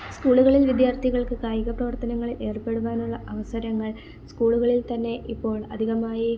സ്കൂളുകളിൽ വിദ്യാർത്ഥികൾക്ക് കായിക പ്രവർത്തനങ്ങളിൽ ഏർപ്പെടുവാനുള്ള അവസരങ്ങൾ സ്കൂളുകളിൽ തന്നെ ഇപ്പോൾ അധികമായി